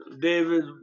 David